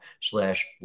slash